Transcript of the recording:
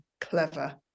clever